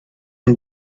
and